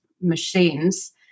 machines